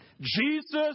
Jesus